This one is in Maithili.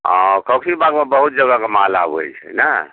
हँ खौकसीबागमे बहुत जगह कऽ माल आबै छै ने